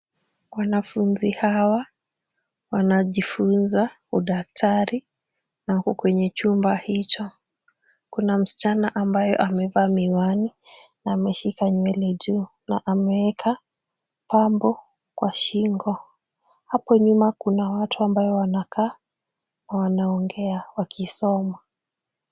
Wanafunzi hawa wanajifunza udaktari na wako kwenye chumba hicho. Kuna msichana ambaye amevaa miwani na ameshika nywele juu na ameeka pambo kwa shingo. Hapo nyuma kuna watu ambao wanakaa wanaongea wakisoma.